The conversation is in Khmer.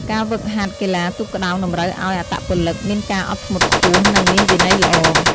ការហ្វឹកហាត់កីឡាទូកក្ដោងតម្រូវឲ្យអត្តពលិកមានការអត់ធ្មត់ខ្ពស់ និងមានវិន័យល្អ។